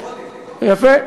עודף, עודף.